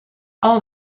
all